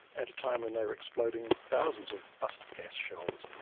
at a time when they were exploding thousands of mustard gas shells,